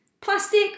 Plastic